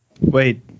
Wait